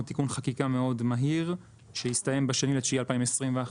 תיקון חקיקה מאוד מהיר שהסתיים ב-2.9.2021.